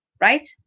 right